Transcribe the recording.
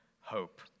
hope